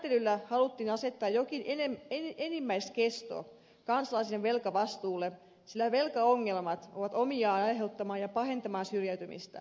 sääntelyllä haluttiin asettaa jokin enimmäiskesto kansalaisten velkavastuulle sillä velkaongelmat ovat omiaan aiheuttamaan ja pahentamaan syrjäytymistä